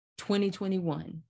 2021